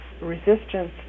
resistance